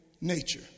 nature